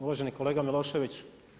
Uvaženi kolega Milošević.